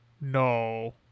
no